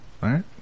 right